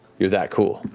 you're that cool.